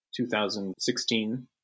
2016